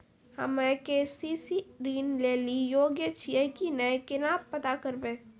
हम्मे के.सी.सी ऋण लेली योग्य छियै की नैय केना पता करबै?